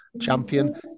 champion